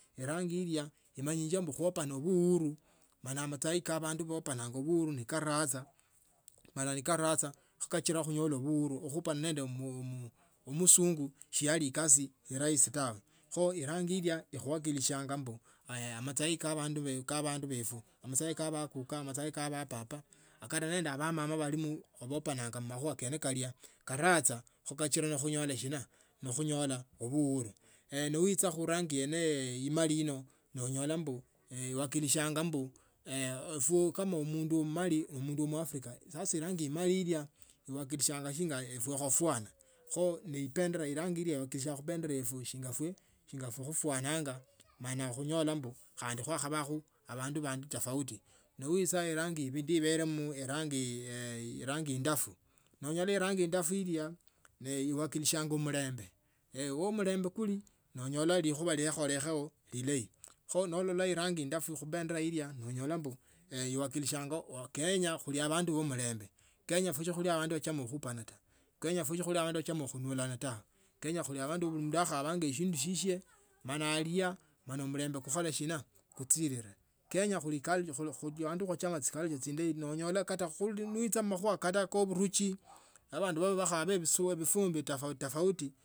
Erangi ilia imanyinje ombu khopana ovhuru mani matsai ka vandu vopananga ovuhuru ni karadaha. mala ni karadha khakachila nikunyola ovuhuru. khupana nende omu musings shiyali ekasi eirahisi tawe. kho irangi ilia ikhukhwali shangai ombu haya matsayi kavandu vefu amatsayi kamakura amatsayi kavababa. akate nende avamama valimu vopananga mmakhuva kene kalia karatsa khokachila nikhunyola shina. nikhunyola ovuhuru hee ne nivutsa khurangi yene imali yino nonyola ombu iwakilishanga ombu ewe kama omundu mmali. omundu omwafrika sasa erangi imali yilia iwakilishanga shinga ewe khwafwana. Kho ne ipendera erangi ilia iwakilishanga khupendera yefu. shinga fwe shinga ewe khufwananga mana khunyola ombu khandi khwakhavakhu. avandu vandi tofauti. nowitsa yindi yiwelemu erangi yee yii indafu nonyola irangi indafu ilia ne iwakilishanga omulembe womulembe kuli nonyola likhuva likholesheye lileyi. Kho nolola ombu iwakilishanga va vakenya khuvele avandu vomulembe. Kenya shiluli ewe shikhuli avandu vachama okhupana ta. Kenya khuli avandu vulimundu akhavanga shindu shishe mana alia. mani omulembe khukhole shina. kutsirire kenya khuli ecult. khulikhulu avandu vachama tsiculture tsindeyi nonyota kata khuli nivitsa mumakhuva kata kovuruchi avandu. vava nivakhava evifwa evifumbi tofauti tofauti.